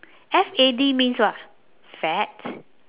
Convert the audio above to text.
F A D means what fad